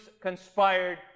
conspired